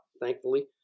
thankfully